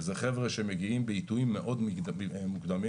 שזה חבר'ה שמגיעים בעיתויים מאוד מוקדמים,